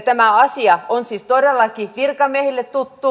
tämä asia on siis todellakin virkamiehille tuttu